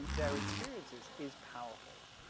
their experiences is powerful.